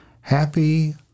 Happy